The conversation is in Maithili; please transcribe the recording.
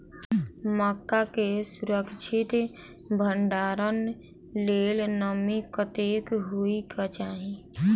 मक्का केँ सुरक्षित भण्डारण लेल नमी कतेक होइ कऽ चाहि?